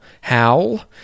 howl